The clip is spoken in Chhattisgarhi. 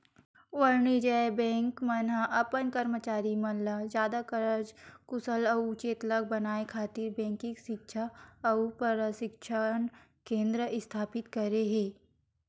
वाणिज्य बेंक मन ह अपन करमचारी मन ल जादा कारज कुसल अउ चेतलग बनाए खातिर बेंकिग सिक्छा अउ परसिक्छन केंद्र इस्थापित करे हे